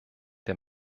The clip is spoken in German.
der